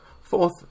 Fourth